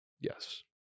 Yes